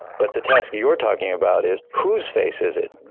but the task you're talking about is whose face is it,